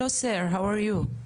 שלום, מה שלומך?